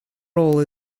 role